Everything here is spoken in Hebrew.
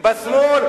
בשמאל.